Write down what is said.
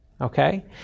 okay